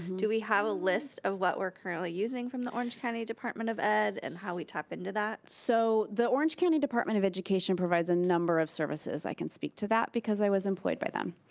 do we have a list of what we're currently using from the orange county department of ed and how we tap into that? so the orange county department of education provides a number of services. i can speak to that because i was employed by them.